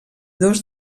dos